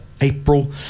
april